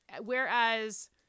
whereas